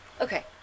Okay